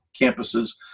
campuses